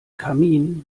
kamin